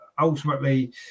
Ultimately